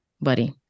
buddy